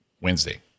Wednesday